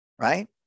right